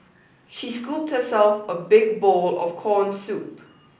she scooped herself a big bowl of corn soup